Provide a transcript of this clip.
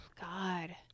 God